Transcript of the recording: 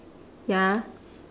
ya